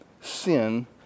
sin